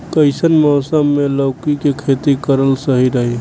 कइसन मौसम मे लौकी के खेती करल सही रही?